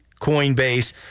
Coinbase